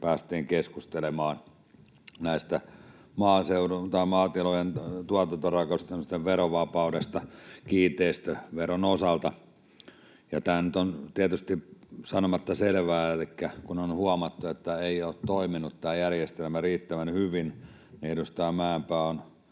päästiin keskustelemaan maatilojen tuotantorakennusten verovapaudesta kiinteistöveron osalta. Tämä on nyt tietysti sanomatta selvää, että kun on huomattu, että ei ole toiminut tämä järjestelmä riittävän hyvin, niin edustaja Mäenpää on